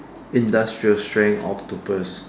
industrial strength octopus